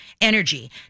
energy